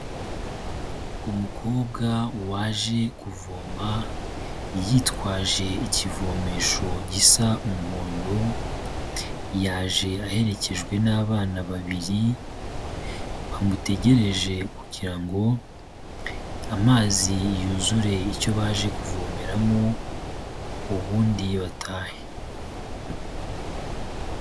Umukobwa waje kuvoma yitwaje ikivomesho gisa umuhondo, yaje aherekejwe n'abana babiri, bamutegereje kugira ngo amazi yuzure icyo baje kuvomeramo ubundi batahe.